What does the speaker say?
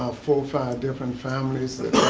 ah four or five different families that